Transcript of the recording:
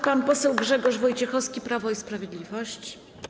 Pan poseł Grzegorz Wojciechowski, Prawo i Sprawiedliwość.